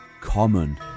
Common